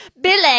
Billy